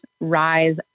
rise